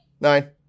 Nine